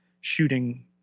shooting